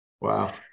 Wow